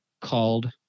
called